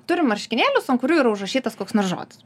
turim marškinėlius ant kurių yra užrašytas koks nors žodis